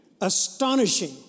astonishing